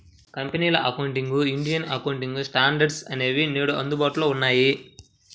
కంపెనీల accounting, Indian accounting standards అనేవి నేడు అందుబాటులో ఉన్నాయి